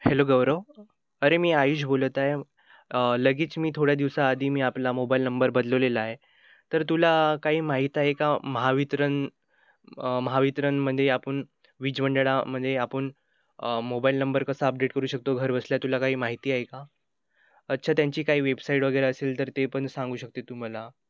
hello Gaurav अरे मी आयुष बोलत आहे लगेच मी थोड्या दिवसाआधी मी आपला मोबाईल नंबर बदलवलेला आहे तर तुला काही माहीत आहे का महावितरण महावितरणमध्ये आपण वीज मंडळामध्ये आपण मोबाईल नंबर कसा अपडेट करू शकतो घरबसल्या तुला काही माहिती आहे का अच्छा त्यांची काही वेबसाईट वगैरे असेल तर ते पण सांगू शकते तू मला